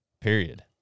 period